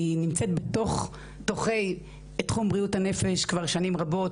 אני נמצאת בתוך-תוכי תחום בריאות הנפש כבר שנים רבות,